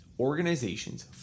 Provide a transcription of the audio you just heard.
Organizations